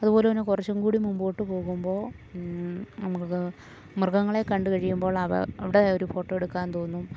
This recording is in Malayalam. അതു പോലെ പിന്നെ കുറച്ചും കൂടി മുൻപോട്ടു പോകുമ്പോൾ മൃഗ മൃഗങ്ങളെ കണ്ടു കഴിയുമ്പോളവ അവിടെയൊരു ഫോട്ടോയെടുക്കാൻ തോന്നും